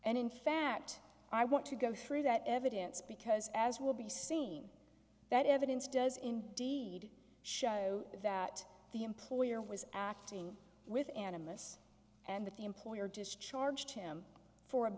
and in fact i want to go through that evidence because as will be seen that evidence does indeed show that the employer was acting with animists and that the employer discharged him for